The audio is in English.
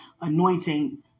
anointing